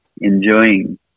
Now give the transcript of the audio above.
enjoying